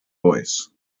voice